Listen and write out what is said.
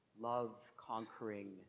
love-conquering